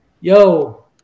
Yo